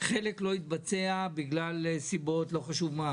חלק לא התבצע בגלל סיבות מסוימות.